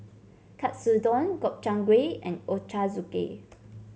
Katsudon Gobchang Gui and Ochazuke